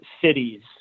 cities